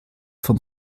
vom